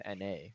NA